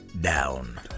down